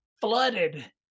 flooded